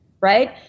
right